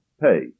pay